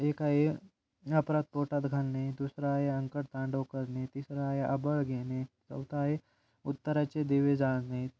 एक आहे अपराध पोटात घालणे दुसरा आहे आकांडतांडव करणे तिसरा आहे आबळ घेणे चौथा आहे अत्तराचे दिवे जाळणे